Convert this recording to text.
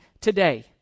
today